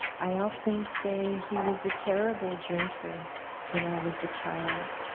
i often say he was a terrible drinker when i was a child.